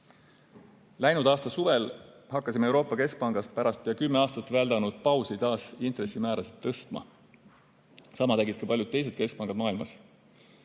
teha. Läinud aasta suvel hakkasime Euroopa Keskpangas pärast kümme aastat väldanud pausi taas intressimäärasid tõstma. Sama tegid ka paljud teised keskpangad maailmas.